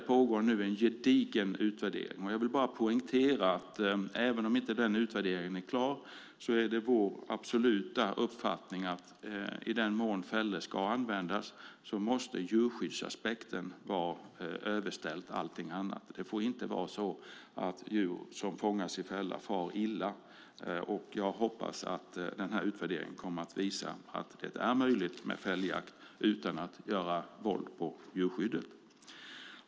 En gedigen utvärdering pågår just nu. Jag vill poängtera att det, trots att utvärderingen inte är klar, är vår absoluta uppfattning att djurskyddsaspekten, i den mån fällor ska användas, måste vara överordnad allt annat. Det får inte vara så att djur som fångas i fälla far illa. Jag hoppas att utvärderingen visar att det är möjligt med fälljakt utan att man gör våld på djurskyddet.